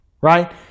right